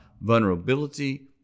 vulnerability